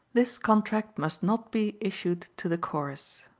this contract must not be issued to the chorus.